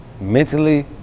Mentally